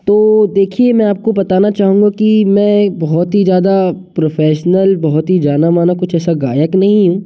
तो देखिये मैं आपको बताना चाहूँगा कि मैं बहुत ही ज़्यादा प्रोफेसनल बहुत ही जाना माना कुछ ऐसा गायक नहीं हूँ